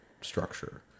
structure